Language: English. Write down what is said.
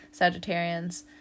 sagittarians